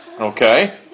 okay